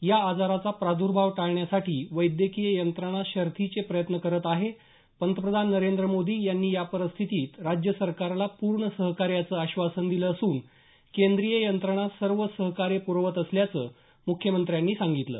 या आजाराचा प्रादर्भाव टाळण्यासाठी वैद्यकीय यंत्रणा शर्थीचे प्रयत्न करत आहे पंतप्रधान नरेंद मोदी यांनी या परिस्थितीत राज्य सरकारला पूर्ण सहकार्याचं आश्वासनं दिलं असून केंद्रीय यंत्रणा सर्व सहकार्य पुरवत असल्याचं मुख्यमंत्र्यांनी सांगितलं